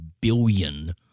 billion